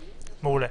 מעולה.